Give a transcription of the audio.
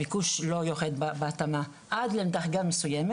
הביקוש לא יורד בהתאמה עד לדרגה מסוימת.